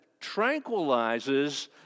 tranquilizes